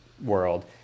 world